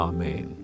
Amen